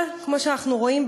אבל כמו שאנחנו רואים,